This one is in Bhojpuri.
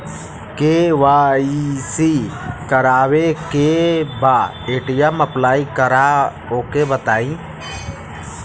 के.वाइ.सी करावे के बा ए.टी.एम अप्लाई करा ओके बताई?